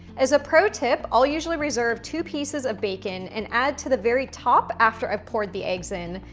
as a pro tip, i'll usually reserve two pieces of bacon and add to the very top after i've poured the eggs in,